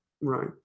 Right